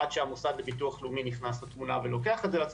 עד שהמוסד לביטוח לאומי נכנס לתמונה ולוקח את זה על עצמו.